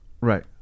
right